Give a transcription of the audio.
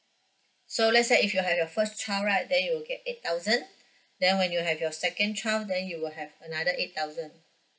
so let's say if you had your first child right then you will get eight thousand then when you have your second child then you will have another eight thousand